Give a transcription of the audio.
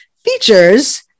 features